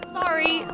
sorry